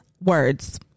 words